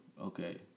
Okay